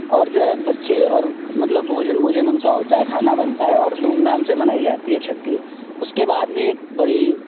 اور جو ہے بچے اور مطلب بھوجن ووجن ان کا ہوتا ہے کھانا بنتا ہے اور دھوم دھام سے منائی جاتی ہے چھٹی اس کے بعد بھی ایک بڑی